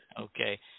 Okay